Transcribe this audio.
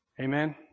Amen